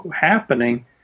happening